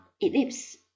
ellipse